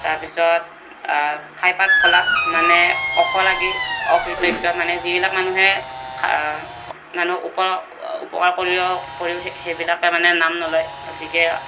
তাৰ পিছত খাই পাত ফলা মানে অশলাগী অকৃতজ্ঞ মানে যিবিলাক মানুহে খা মানুহ উপৰা উপকাৰ কৰিলেও সেই সেইবিলাকে মানে নাম নলয় গতিকে